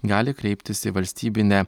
gali kreiptis į valstybinę